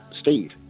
Steve